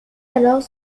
alors